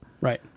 right